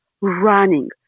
running